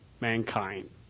mankind